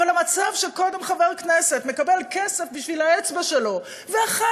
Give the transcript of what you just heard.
אבל המצב שקודם חבר כנסת מקבל כסף בשביל האצבע שלו ואחר